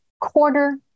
quarter